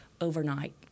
overnight